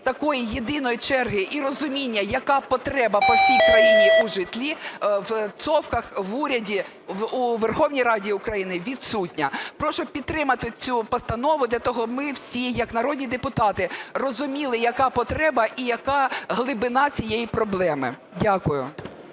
такої єдиної черги і розуміння, яка потреба по всій країні у житлі в цовках, в уряді, у Верховній Раді відсутня. Прошу підтримати цю постанову для того, щоб ми всі як народні депутати розуміли, яка потреба і яка глибина цієї проблеми. Дякую.